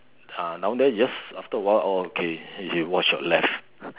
uh down there you just after a while oh okay you watch your left